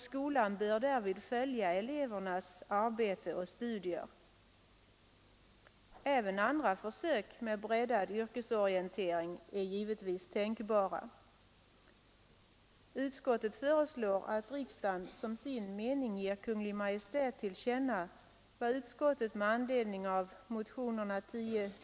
Skolan skall härvid följa elevernas arbete och studier. Även andra försök med breddad yrkesorientering är givetvis tänk bara. Herr talman!